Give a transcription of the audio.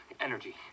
energy